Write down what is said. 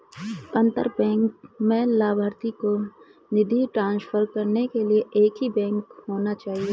अंतर बैंक में लभार्थी को निधि ट्रांसफर करने के लिए एक ही बैंक होना चाहिए